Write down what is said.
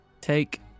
take